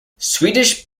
swedish